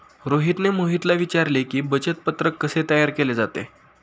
रोहितने मोहितला विचारले की, बचत पत्रक कसे तयार केले जाते?